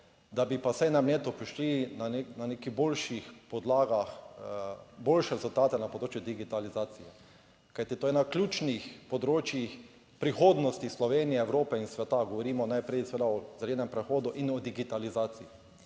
da bi pa vsaj na leto prišli na nekih boljših podlagah, boljše rezultate na področju digitalizacije. Kajti, to je na ključnih področjih prihodnosti Slovenije, Evrope in sveta, govorimo najprej seveda o zelenem prehodu in o digitalizaciji.